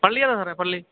പള്ളി ഏതാ സാറെ പള്ളി